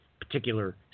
particular